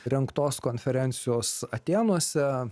rengtos konferencijos atėnuose